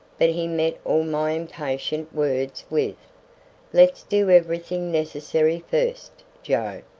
but he met all my impatient words with let's do everything necessary first, joe.